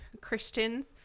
Christians